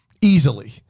easily